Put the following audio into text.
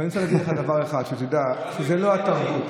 אני רוצה להגיד לך דבר אחד, שתדע שזו לא התרבות.